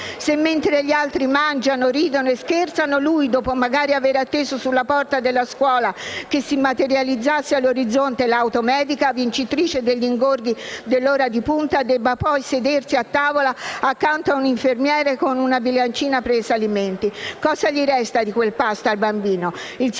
se, mentre gli altri mangiano, ridono e scherzano, lui, dopo magari avere atteso sulla porta della scuola che si materializzasse all'orizzonte l'auto medica, vincitrice degli ingorghi dell'ora di punta, debba poi sedersi a tavola accanto ad un infermiere con la bilancina pesa-alimenti. Cosa gli resta di quel pasto al bambino? Il sistema